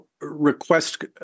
request